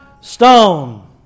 stone